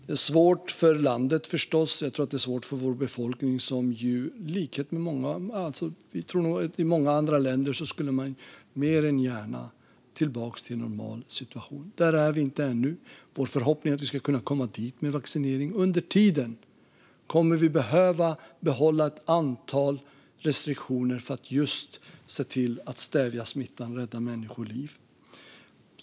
Det är svårt för landet, förstås, och jag tror att det är svårt för vår befolkning. I likhet med människorna i många andra länder skulle man mer än gärna gå tillbaka till en normal situation. Där är vi inte ännu. Vår förhoppning är att vi ska kunna komma dit med vaccinering, men under tiden kommer vi att behöva behålla ett antal restriktioner för att se till att stävja smittan och rädda människoliv.